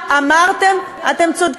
אז אפשר לגמור